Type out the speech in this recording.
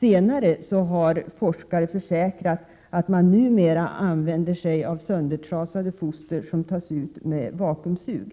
Vid senare tillfällen har forskare försäkrat att man numera använder söndertrasade foster som tas ut med vakuumsug och